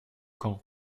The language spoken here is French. camp